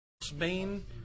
Spain